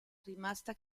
rimasta